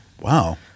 Wow